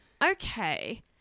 Okay